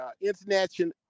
international